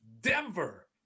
Denver